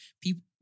people